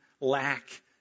Lack